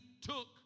took